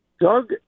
Doug